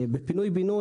בפינוי-בינוי,